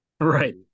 Right